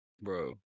bro